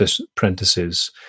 apprentices